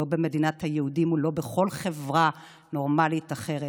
לא במדינת היהודים ולא בכל חברה נורמלית אחרת,